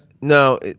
No